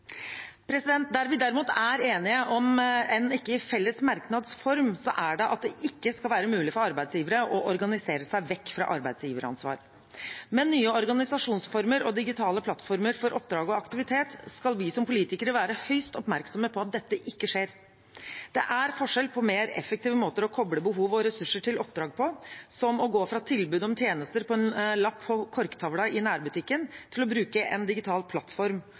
vi derimot er enige om, om ikke i felles merknads form, er at det ikke skal være mulig for arbeidsgivere å organisere seg vekk fra arbeidsgiveransvar. Med nye organisasjonsformer og digitale plattformer for oppdrag og aktivitet skal vi som politikere være høyst oppmerksomme på at dette ikke skjer. Det er forskjell på mer effektive måter å koble behov og ressurser til oppdrag på, som å gå fra tilbud om tjenester på en lapp på korktavla i nærbutikken til å bruke en digital plattform,